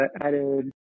added